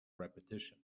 repetition